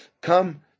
come